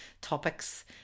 topics